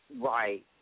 Right